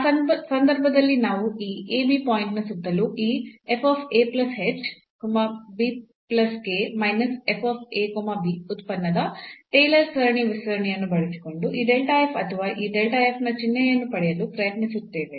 ಆ ಸಂದರ್ಭದಲ್ಲಿ ನಾವು ಈ ಪಾಯಿಂಟ್ನ ಸುತ್ತಲೂ ಈ ಉತ್ಪನ್ನದ ಟೇಲರ್ ಸರಣಿಯ ವಿಸ್ತರಣೆಯನ್ನು ಬಳಸಿಕೊಂಡು ಈ delta f ಅಥವಾ ಈ ನ ಚಿಹ್ನೆಯನ್ನು ಪಡೆಯಲು ಪ್ರಯತ್ನಿಸುತ್ತೇವೆ